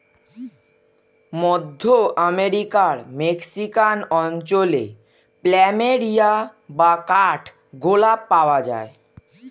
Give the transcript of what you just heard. মধ্য আমেরিকার মেক্সিকান অঞ্চলে প্ল্যামেরিয়া বা কাঠ গোলাপ পাওয়া যায়